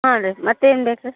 ಹ್ಞೂ ರೀ ಮತ್ತೇನು ಬೇಕು ರೀ